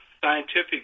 scientific